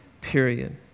period